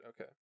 Okay